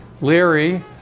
Leary